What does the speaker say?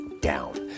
down